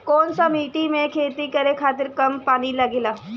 कौन सा मिट्टी में खेती करे खातिर कम पानी लागेला?